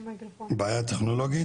בעיה טכנולוגית,